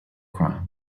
crimes